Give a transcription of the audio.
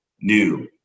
new